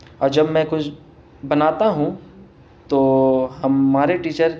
اور جب میں کچھ بناتا ہوں تو ہمارے ٹیچر